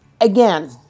Again